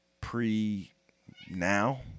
pre-now